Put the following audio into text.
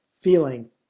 feeling